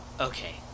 Okay